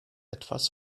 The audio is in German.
etwas